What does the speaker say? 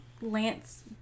Lance